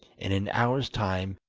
in an hour's time,